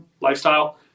lifestyle